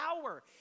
power